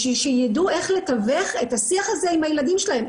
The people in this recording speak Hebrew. בשביל שיידעו איך לתווך את השיח הזה לילדים שלהם.